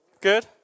Good